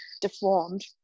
deformed